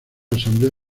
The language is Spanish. asamblea